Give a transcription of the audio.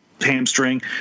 hamstring